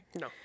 No